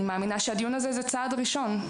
אני מאמינה שהדיון הזה זה צעד ראשון,